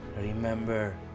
Remember